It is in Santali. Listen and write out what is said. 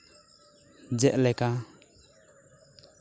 ᱡᱮᱞᱮᱠᱟ